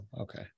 okay